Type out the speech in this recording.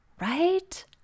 right